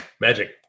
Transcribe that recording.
Magic